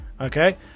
Okay